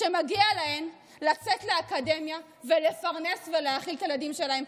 שמגיע להן לצאת לאקדמיה ולפרנס ולהאכיל את הילדים שלהן,